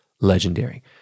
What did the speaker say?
legendary